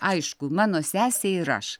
aišku mano sesei ir aš